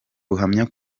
ruhamya